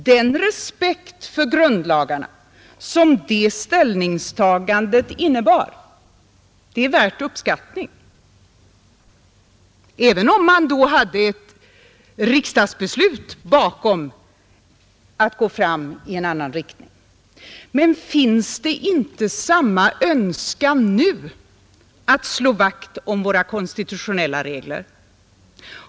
Den respekt för grundlagarna som det ställningstagandet innebar är värd uppskattning. Men finns det inte nu samma önskan att slå vakt om våra konstitutionella regler?